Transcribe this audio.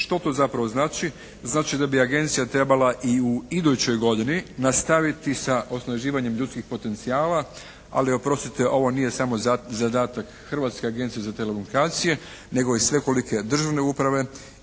Što to zapravo znači? Znači da bi agencija trebala i u idućoj godini nastaviti sa osnaživanjem ljudskih potencijala. Ali oprostite ovo nije samo zadatak Hrvatske agencije za telekomunikacije nego i svekolike državne uprave